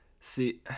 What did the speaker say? See